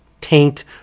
taint